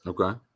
Okay